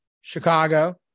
Chicago